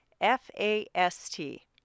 F-A-S-T